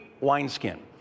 wineskin